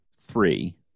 three